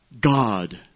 God